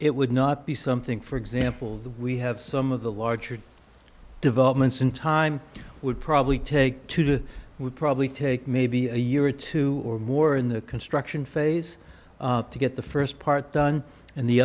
would not be something for example that we have some of the larger developments in time would probably take two to would probably take maybe a year or two or more in the construction phase to get the st part done and the